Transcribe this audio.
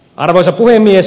arvoisa puhemies